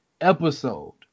episode